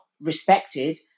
respected